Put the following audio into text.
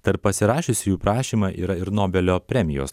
tarp pasirašiusiųjų prašymą yra ir nobelio premijos